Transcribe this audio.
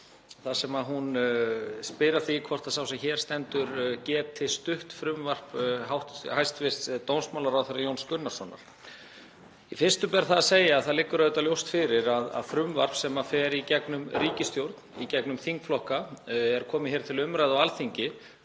þar sem hún spyr að því hvort sá sem hér stendur geti stutt frumvarp hæstv. dómsmálaráðherra Jóns Gunnarssonar. Fyrst ber að segja að það liggur auðvitað ljóst fyrir að frumvarp sem fer í gegnum ríkisstjórn, í gegnum þingflokka og er komið hér til umræðu á Alþingi